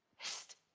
hist!